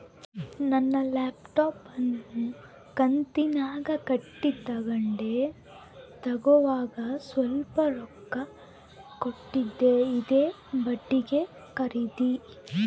ನಾನು ಲ್ಯಾಪ್ಟಾಪ್ ಅನ್ನು ಕಂತುನ್ಯಾಗ ಕಟ್ಟಿ ತಗಂಡೆ, ತಗೋವಾಗ ಸ್ವಲ್ಪ ರೊಕ್ಕ ಕೊಟ್ಟಿದ್ದೆ, ಇದೇ ಬಾಡಿಗೆ ಖರೀದಿ